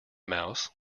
mouse